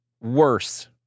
worse